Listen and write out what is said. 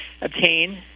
obtain